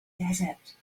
desert